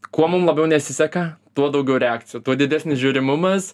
kuo mum labiau nesiseka tuo daugiau reakcijų tuo didesnis žiūrimumas